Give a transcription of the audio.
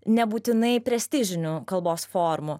nebūtinai prestižinių kalbos formų